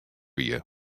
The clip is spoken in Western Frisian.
wie